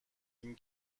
این